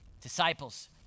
Disciples